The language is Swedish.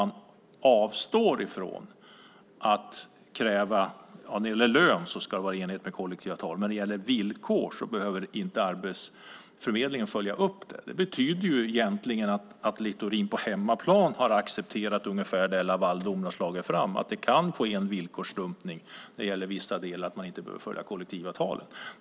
När det gäller lön ska det vara i enlighet med kollektivavtal. Men när det gäller villkor behöver Arbetsförmedlingen inte följa upp det. Det betyder egentligen att Littorin på hemmaplan har accepterat ungefär det som Lavaldomen har slagit fast, att det kan ske en villkorsdumpning när det gäller vissa delar, att man inte behöver följa kollektivavtalen.